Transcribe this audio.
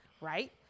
Right